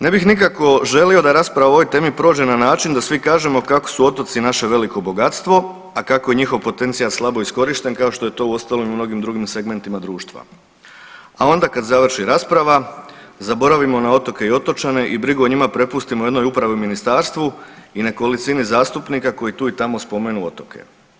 Ne bih nikako želio da rasprava o ovoj temi prođe na način da svi kažemo kako su otoci naše veliko bogatstvo, a kako je njihov potencijal slabo iskorišten kao što je to uostalom i u mnogim drugim segmentima društva, a onda kad završi rasprava zaboravimo na otoke i otočane i brigu o njima prepustimo jednoj upravi u ministarstvu i nekolicini zastupnika koji tu i tamo spomenu otoke.